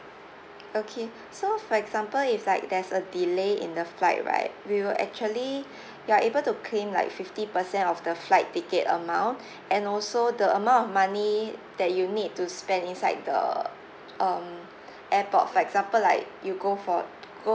okay so for example if like there's a delay in the flight right we will actually you are able to claim like fifty percent of the flight ticket amount and also the amount of money that you need to spend inside the um airport for example like you go for to go